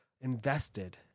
invested